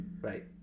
Right